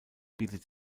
bietet